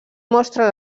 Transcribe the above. mostra